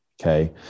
Okay